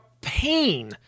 pain